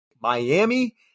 Miami